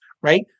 right